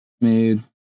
made